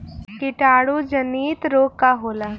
कीटाणु जनित रोग का होला?